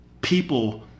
people